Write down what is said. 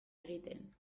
egiten